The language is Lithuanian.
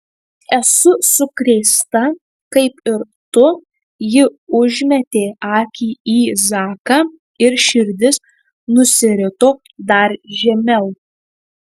esu sukrėsta kaip ir tu ji užmetė akį į zaką ir širdis nusirito dar žemiau